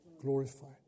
glorified